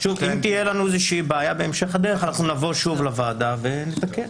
אם תהיה לנו איזושהי בעיה בהמשך הדרך נבוא שוב לוועדה ונתקן.